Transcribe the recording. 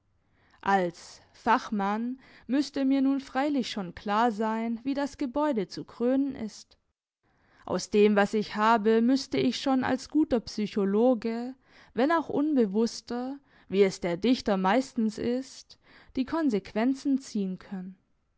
als fachmann müsste mir nun freilich schon klar sein wie das gebäude zu krönen ist aus dem was ich habe müsste ich schon als guter psychologe wenn auch unbewusster wie es der dichter meistens ist die konsequenzen ziehen können